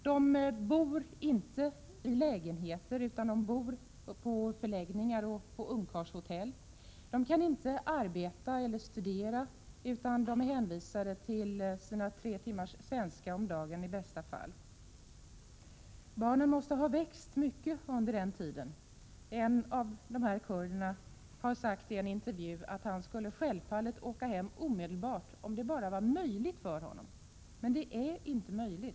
De bor inte i lägenheter, utan de bor i förläggningar och på ungkarlshotell. De kan inte arbeta eller studera, utan de är hänvisade till sina tre timmars svenska om dagen i bästa fall. Barnen måste ha växt mycket under den tid det här är fråga om. En av dessa kurder har sagt i en intervju att han självfallet skulle åka hem omedelbart, om det bara var möjligt för honom, men det är inte möjligt.